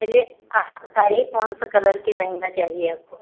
चलिए आप बताइए कौन से कलर के लहँगा चाहिए आपको